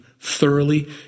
thoroughly